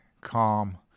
calm